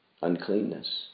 uncleanness